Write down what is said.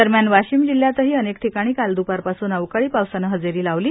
दरम्यान वाशिम जिल्ह्याताहि अनेक ठिकाणी काल द्दपार पासून अवकाळी पावसान हजेरी लावली